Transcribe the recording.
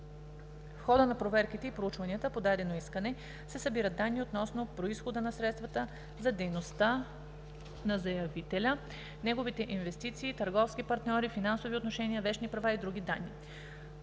В хода на проверките и проучванията по подадено искане се събират данни относно произхода на средствата за дейността на заявителя, неговите инвестиции, търговски партньори, финансови отношения, вещни права и други данни.